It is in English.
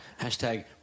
Hashtag